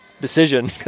decision